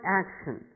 action